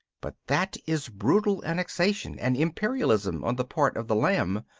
but that is brutal annexation and imperialism on the part of the lamb.